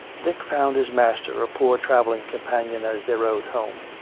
dick found his master a poor travelling companion as they rode home.